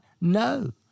No